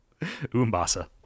Umbasa